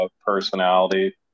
personality